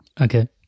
Okay